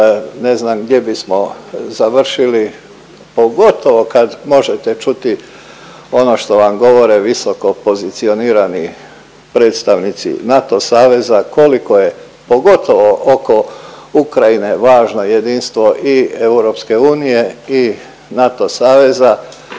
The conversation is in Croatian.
ne znam gdje bismo završili pogotovo kad možete čuti ono što vam govore visoko pozicionirani predstavnici NATO saveza koliko je pogotovo oko Ukrajine važno jedinstvo i EU i NATO saveza,